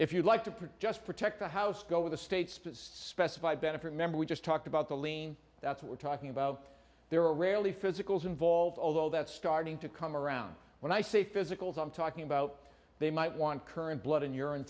if you'd like to print just protect the house go to the states specify benefit member we just talked about the lean that's what we're talking about there are rarely physicals involved although that's starting to come around when i say physicals i'm talking about they might want current blood and urine